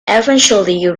eventually